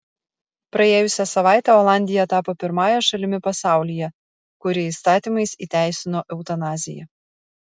praėjusią savaitę olandija tapo pirmąja šalimi pasaulyje kuri įstatymais įteisino eutanaziją